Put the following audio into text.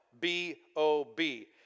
B-O-B